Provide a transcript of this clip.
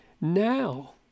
now